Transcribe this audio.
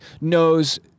knows